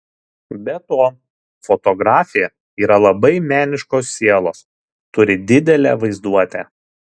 be to fotografė yra labai meniškos sielos turi didelę vaizduotę